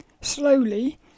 slowly